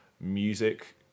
music